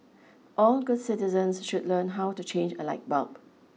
all good citizens should learn how to change a light bulb